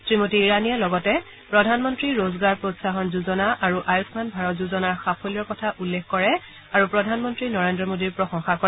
শ্ৰীমতী ইৰাণীয়ে লগতে প্ৰধানমন্নী ৰোজগাৰ প্ৰোংসাহন যোজনা আৰু আয়ুমান ভাৰত যোজনাৰ সাফল্যৰ কথা উল্লেখ কৰে আৰু প্ৰধানমন্ত্ৰী নৰেন্দ্ৰ মোডীৰ প্ৰশংসা কৰে